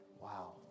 Wow